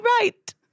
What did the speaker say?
right